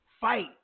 fight